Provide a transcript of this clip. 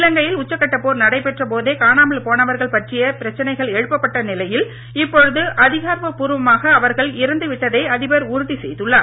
இலங்கையில் உச்சக்கட்ட போர் நடைபெற்ற போதே காணாமல் போனவர்கள் பற்றிய பிரச்னைகள் எழுப்பப்பட்ட நிலையில் இப்பொழுது அதிகாரப்பூர்வமாக அவர்கள் இறந்துவிட்டதை அதிபர் உறுதி செய்துள்ளார்